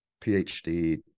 PhD